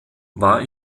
war